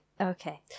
Okay